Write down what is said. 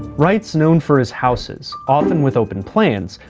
wright's known for his houses, often with open plans,